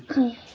हँ